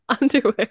underwear